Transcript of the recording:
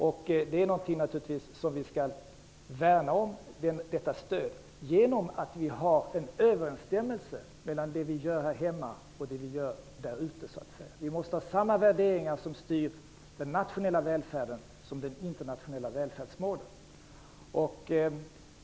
Detta stöd är naturligtvis någonting som vi skall värna om, genom att det finns en överensstämmelse mellan det vi gör hemma och det vi gör där ute. Det måste vara samma värderingar som styr den nationella välfärden som de internationella välfärdsmålen.